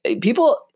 People